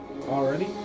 already